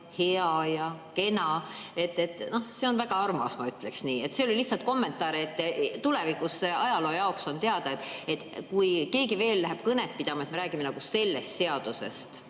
"hea" ja "kena", no see on väga armas, ma ütleksin nii. See oli lihtsalt kommentaar, et tulevikus ajaloo jaoks on teada, kui keegi veel läheb kõnet pidama, et me räägime sellest seadusest.